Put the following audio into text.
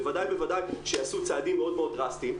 בוודאי ובוודאי שייעשו צעדים מאוד דרסטיים.